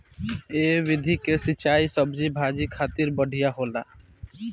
ए विधि के सिंचाई सब्जी भाजी खातिर बढ़िया होला